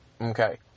Okay